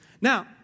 Now